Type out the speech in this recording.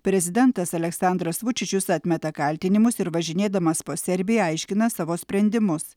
prezidentas aleksandras vučičius atmeta kaltinimus ir važinėdamas po serbiją aiškina savo sprendimus